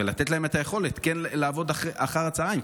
ולתת להם את היכולת לעבוד אחר הצוהריים,